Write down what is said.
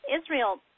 Israel